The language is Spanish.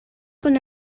con